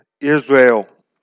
Israel